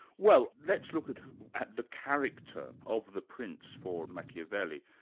well let's look at at the character of the prince for machiavelli.